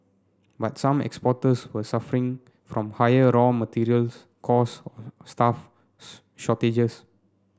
but some exporters were suffering from higher raw materials costs staffs shortages